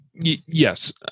yes